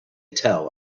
tell